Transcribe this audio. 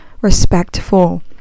respectful